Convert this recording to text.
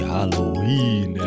Halloween